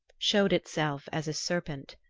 showed itself as a serpent.